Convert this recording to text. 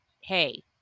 hey